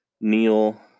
Neil